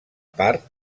part